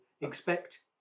Expect